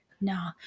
no